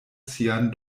sian